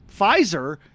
Pfizer